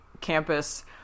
campus